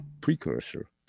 precursor